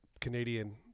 Canadian